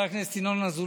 א.